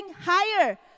higher